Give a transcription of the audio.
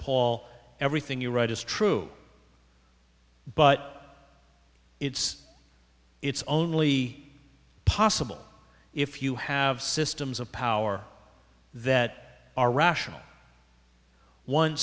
paul everything you write is true but it's it's only possible if you have systems of power that are rational one